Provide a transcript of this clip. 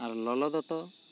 ᱟᱨ ᱞᱚᱞᱚ ᱫᱚᱛᱚ